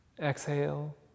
Exhale